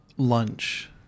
Lunch